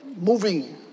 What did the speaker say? moving